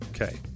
Okay